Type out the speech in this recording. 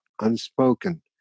unspoken